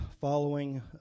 following